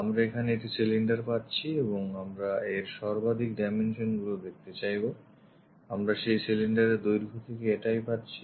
আমরা এখানে একটি cylinder পাচ্ছি এবং আমরা এর সর্বাধিক ডাইমেনশন গুলো দেখতে চাইব আমরা সেই সিলিন্ডার এর এই দৈর্ঘ্য থেকে এটাই পাচ্ছি